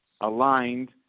aligned